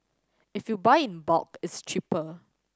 if you buy in bulk it's cheaper